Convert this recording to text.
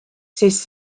siis